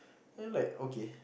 and I'm like okay